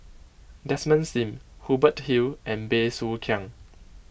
Desmond Sim Hubert Hill and Bey Soo Khiang